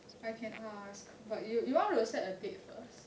I can ask but you you want to set a date first